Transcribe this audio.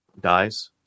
dies